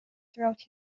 throughout